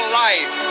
life